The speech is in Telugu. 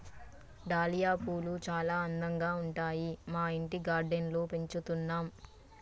డాలియా పూలు చాల అందంగా ఉంటాయి మా ఇంటి గార్డెన్ లో పెంచుతున్నా